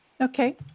Okay